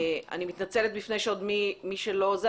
אני מתנצלת בפני מי שלא דיבר,